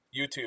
YouTube